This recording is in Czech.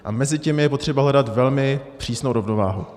A mezi těmi je třeba hledat velmi přísnou rovnováhu.